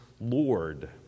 Lord